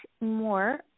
more